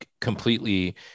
completely